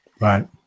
Right